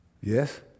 yes